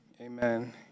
Amen